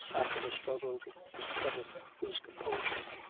after a struggle to recover his composure,